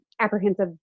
apprehensive